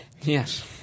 Yes